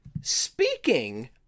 speaking